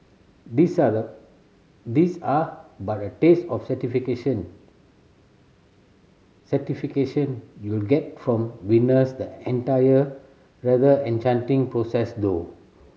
these are the these are but a taste of satisfaction satisfaction you'll get from witnessing the entire rather enchanting process though